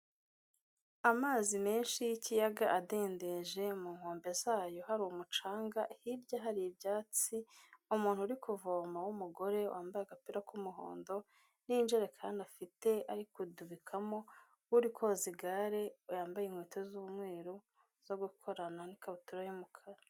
Amazi menshi y'ikiyaga adendeje mu nkombe zayo hari umucanga, hirya hari ibyatsi, umuntu uri kuvoma w'umugore wambaye agapira k'umuhondo n'injerekani afite, ari kudubikamo, uri koza igare yambaye inkweto z'umweru zo gukorana n'ikabutura y'umukara.